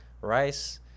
rice